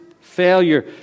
failure